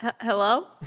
Hello